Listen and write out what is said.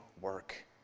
work